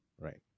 right